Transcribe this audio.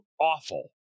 awful